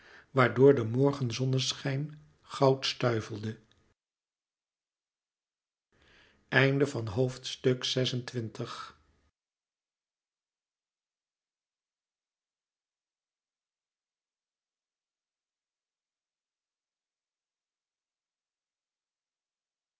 waardoor de morgenzonschijn goud stuivelde